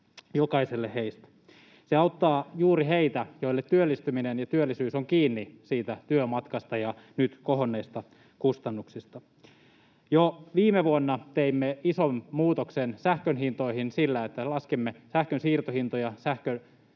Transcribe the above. jokaiselle heistä. Se auttaa juuri heitä, joille työllistyminen ja työllisyys ovat kiinni työmatkasta ja nyt kohonneista kustannuksista. Jo viime vuonna teimme ison muutoksen sähkönhintoihin sillä, että laskimme sähkön siirtohintoja uuden